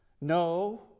No